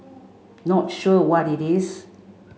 not sure what it is